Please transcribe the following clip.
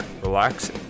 relax